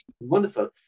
wonderful